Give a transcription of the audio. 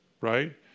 right